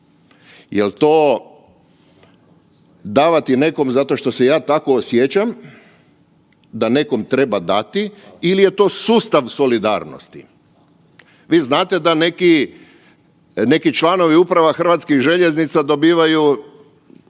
Jel to davati nekome zato što se ja tako osjećam da nekom treba dati ili je to sustav solidarnosti. Vi znate da neki članovi uprava Hrvatskih željeznica dobivaju